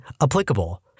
applicable